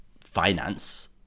finance